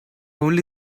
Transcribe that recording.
only